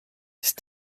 c’est